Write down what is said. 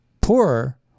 poorer